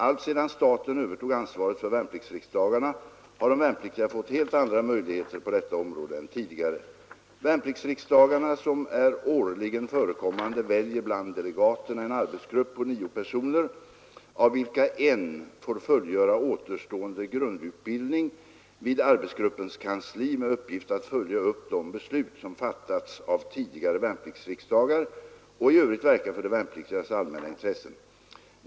Alltsedan staten övertog ansvaret för värnpliktsriksdagarna har de värnpliktiga fått helt andra möjligheter på detta område än tidigare. Värnpliktsriksdagarna som är årligen förekommande väljer bland delegaterna en arbetsgrupp på nio personer av vilka en får fullgöra återstående grundutbildning vid arbetsgruppens kansli med uppgift att följa upp de beslut som fattats av tidigare värnpliktsriksdagar och i övrigt verka för de värnpliktigas allmänna intressen.